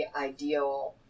ideal